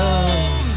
Love